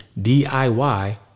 DIY